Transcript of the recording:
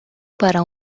para